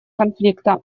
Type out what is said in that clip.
конфликта